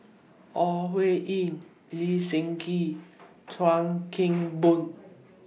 Ore Huiying Lee Seng Gee and Chuan Keng Boon